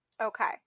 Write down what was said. Okay